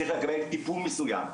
צריך לקבל טיפול מסוים,